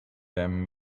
them